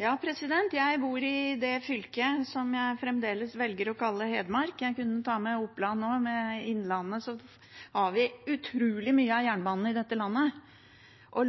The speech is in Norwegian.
Ja, jeg bor i det fylket som jeg fremdeles velger å kalle Hedmark, og jeg kunne tatt med Oppland også. Med Innlandet har vi utrolig mye jernbane i dette landet.